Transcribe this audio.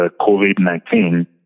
COVID-19